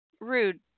rude